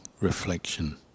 reflection